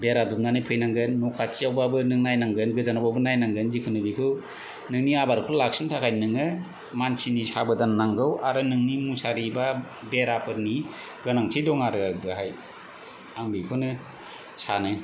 बेरा दुमनानै फैनांगोन न' खाथिआवबाबो नों नायनांगोन गोजानावबाबो नायनांगोन जिखुनु बैखौ नोंनि आबादखौ लाखिनो थाखाय नोङो मानसिनि साबदान नांगौ आरो नोंनि मुसारि बा बेराफोरनि गोनांथि दं आरो बेहाय आं बेखौनो सानो